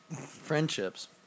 Friendships